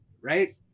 right